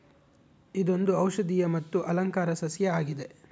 ಇದೊಂದು ಔಷದಿಯ ಮತ್ತು ಅಲಂಕಾರ ಸಸ್ಯ ಆಗಿದೆ